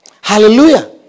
Hallelujah